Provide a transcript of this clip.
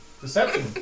Deception